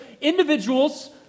individuals